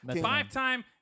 Five-time